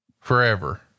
forever